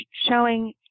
showing